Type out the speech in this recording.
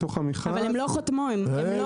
לא חותמים.